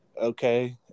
okay